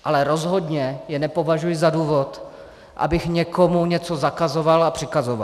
Ale rozhodně je nepovažuji za důvod, abych někomu něco zakazoval a přikazoval.